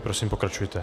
Prosím, pokračujte.